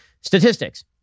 statistics